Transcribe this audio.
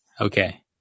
Okay